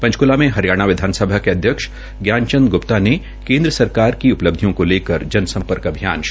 पंचकूला में हरियाणा विधानसभा के उपाध्यक्ष ज्ञान चंद गुप्ता ने केन्द्र की उपलब्धियों को लेकर जन सम्पर्क अभियान शुरू किया